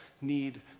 need